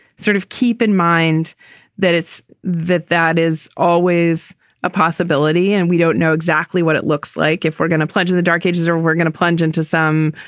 sort of keep in mind that it's that that is always a possibility. and we don't know exactly what it looks like if we're gonna pledge to the dark ages or we're going to plunge into some,